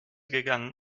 gegangen